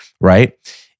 right